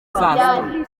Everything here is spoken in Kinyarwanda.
saa